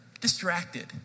distracted